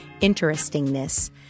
interestingness